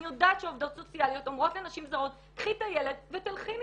אני יודעת שעובדות סוציאליות אומרות לנשים זרות "קחי את הילד ותלכי מפה"